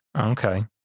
Okay